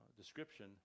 description